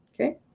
okay